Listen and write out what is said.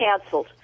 canceled